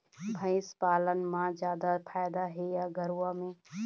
भंइस पालन म जादा फायदा हे या गरवा में?